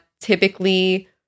typically